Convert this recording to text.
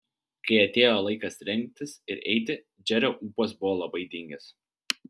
kai atėjo laikas rengtis ir eiti džerio ūpas buvo labai dingęs